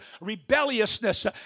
rebelliousness